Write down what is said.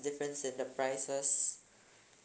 difference in the prices